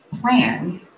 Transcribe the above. plan